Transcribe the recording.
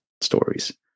stories